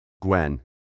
Gwen